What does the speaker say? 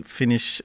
finish